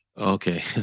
Okay